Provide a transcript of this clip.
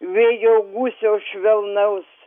vėjo gūsio švelnaus